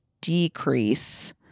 decrease